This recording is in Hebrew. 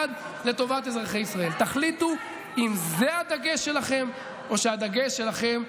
כמובן גם בתיקונים בחוק ההסדרים.